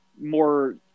more